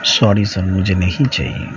sorry sir مجھے نہیں چاہیے